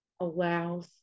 allows